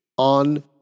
On